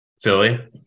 Philly